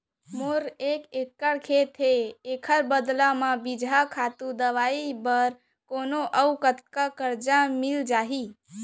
मोर एक एक्कड़ खेत हे, एखर बदला म बीजहा, खातू, दवई बर कोन अऊ कतका करजा मिलिस जाही?